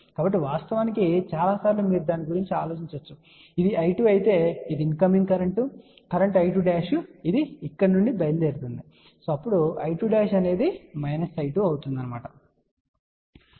కాబట్టి వాస్తవానికి చాలా సార్లు మీరు దాని గురించి ఆలోచించి ఉండవచ్చు ఇది I2 అయితే ఇది ఇన్కమింగ్ కరెంట్ కరెంట్ I2 ఇది ఇక్కడ నుండి బయలుదేరుతుంది అప్పుడు I2 అనేది మైనస్ I2 అవుతుంది మరియు అది ఇక్కడ I2 గా ఉంటుంది సరే